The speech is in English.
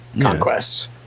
Conquest